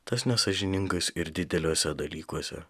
tas nesąžiningas ir dideliuose dalykuose